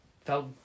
felt